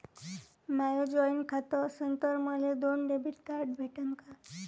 माय joint खातं असन तर मले दोन डेबिट कार्ड भेटन का?